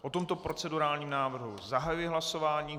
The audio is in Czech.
O tomto procedurálním návrhu zahajuji hlasování.